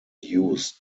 used